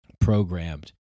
programmed